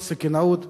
סכינאות,